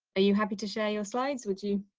ah you happy to share your slides with you?